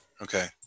Okay